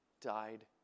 died